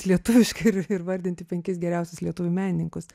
lietuviškai ir ir vardinti penkis geriausius lietuvių menininkus